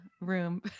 room